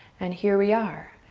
and here we are.